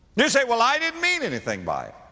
you you say, well, i didn't mean anything by